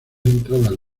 entradas